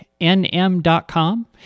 nm.com